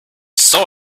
saw